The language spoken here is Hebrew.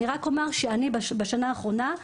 אני רק אומר שאני בשנה האחרונה,